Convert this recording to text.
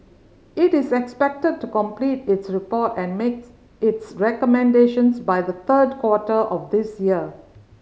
it is expected to complete its report and makes its recommendations by the third quarter of this year